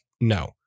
no